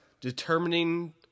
determining